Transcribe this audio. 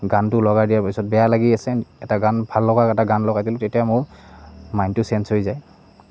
গানটো লগাই দিয়াৰ পিছত বেয়া লাগি আছে এটা গান ভাললগা এটা গান লগাই দিলোঁ তেতিয়া মোৰ মাইণ্ডটো ছেঞ্জ হৈ যায়